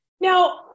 now